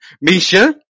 Misha